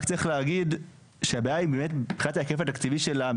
רק צריך להגיד שהבעיה היא באמת מבחינת ההיקף התקציבי שלה,